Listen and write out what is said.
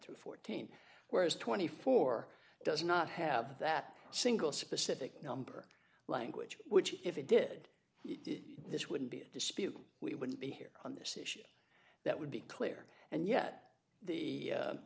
through fourteen whereas twenty four does not have that single specific number language which if it did this would be a dispute we wouldn't be here on this issue that would be clear and yet the